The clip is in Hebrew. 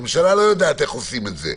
המדינה לא יודעת איך עושים א זה.